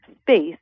space